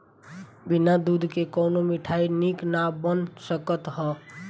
बिना दूध के कवनो मिठाई निक ना बन सकत हअ